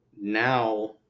now